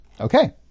Okay